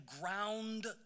ground